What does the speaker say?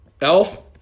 Elf